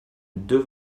deux